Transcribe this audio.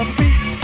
beat